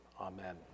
Amen